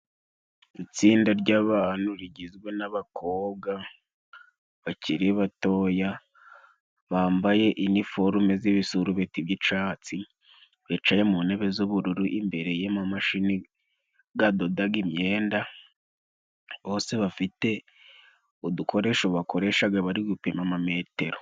Itsinda ry'abantu rigizwe n'abakobwa bakiri batoya, bambaye iniforume z'ibisurubeti by'icatsi, bicaye mu ntebe z'ubururu imbere y'amamashini gadodaga imyenda, bose bafite udukoresho bakoreshaga bari gupima amametero.